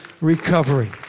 recovery